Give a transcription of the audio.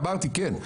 אמרתי כן,